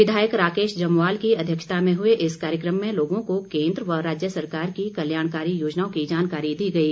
विधायक राकेश जम्वाल की अध्यक्षता में हुए इस कार्यक्रम में लोगों को केन्द्र व राज्य सरकार की कल्याणकारी योजनाओं की जानकारी दी गई